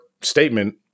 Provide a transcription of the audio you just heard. statement